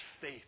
faith